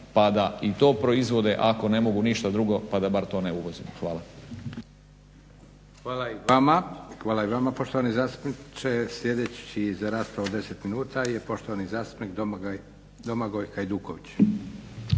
pa da i to proizvode ako ne mogu ništa drugo, pa da bar to ne uvozimo. Hvala. **Leko, Josip (SDP)** Hvala i vama poštovani zastupniče. Sljedeći za raspravu od 10 minuta je poštovani zastupnik Domagoj Hajduković.